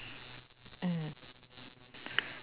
mm